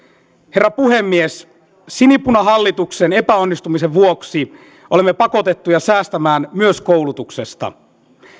herra puhemies sinipunahallituksen epäonnistumisen vuoksi olemme pakotettuja säästämään myös koulutuksesta